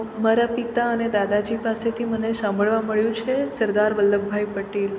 મારા પિતા અને દાદાજી પાસેથી મને સાંભળવા મળ્યું છે સરદાર વલ્લભભાઈ પટેલ